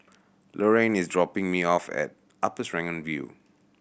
Lorraine is dropping me off at Upper Serangoon View